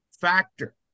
factor